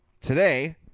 today